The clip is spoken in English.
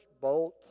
Bolt